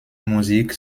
musik